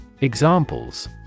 Examples